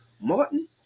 Martin